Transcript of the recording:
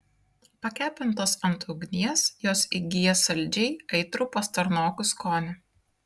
pakepintos ant ugnies jos įgyja saldžiai aitrų pastarnokų skonį